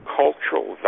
cultural